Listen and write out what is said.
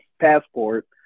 passport